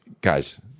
guys